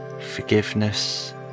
forgiveness